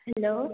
hello